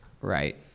right